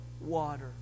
water